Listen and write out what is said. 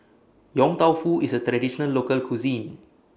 Yong Tau Foo IS A Traditional Local Cuisine